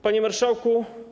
Panie Marszałku!